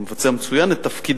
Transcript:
הוא מבצע מצוין את תפקידיו,